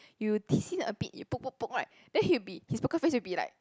you tease him a bit you poke poke poke right then he'll be his poker face will be like